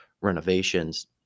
renovations